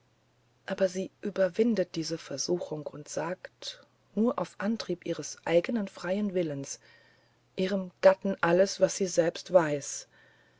aber sie überwindet diese versuchung und sagt nur auf antrieb ihres eigenen freien willens ihrem gatten alles was sie selbst weiß